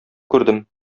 күрдем